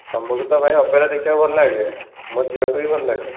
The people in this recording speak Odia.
ତୁମକୁ ତ ଭାଇ ଅପେରା ଦେଖିବାକୁ ଭଲ ଲାଗେ ମୋ ଝିଅକୁ ବି ଭଲ ଲାଗେ